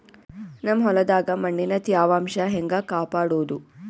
ನಮ್ ಹೊಲದಾಗ ಮಣ್ಣಿನ ತ್ಯಾವಾಂಶ ಹೆಂಗ ಕಾಪಾಡೋದು?